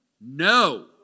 No